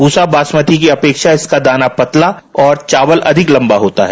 प्रसा बासमती की अपेक्षा इसका दाना पतला और चावल अधिक लम्बा होता है